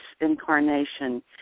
incarnation